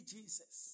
Jesus